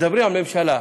מדברים על ממשלה.